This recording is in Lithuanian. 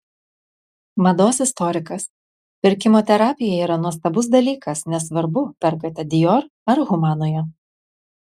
mados istorikas pirkimo terapija yra nuostabus dalykas nesvarbu perkate dior ar humanoje